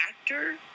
actor